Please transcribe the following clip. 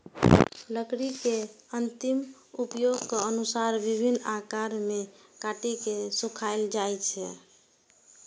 लकड़ी के अंतिम उपयोगक अनुसार विभिन्न आकार मे काटि के सुखाएल जाइ छै